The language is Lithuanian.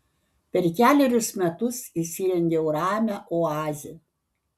per kelerius metus įsirengiau ramią oazę